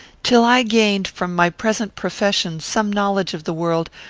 till i gained from my present profession some knowledge of the world,